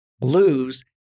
lose